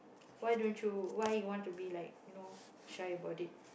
why don't you why you want to be like you know shy about it